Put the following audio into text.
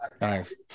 Nice